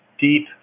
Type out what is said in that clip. deep